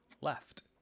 left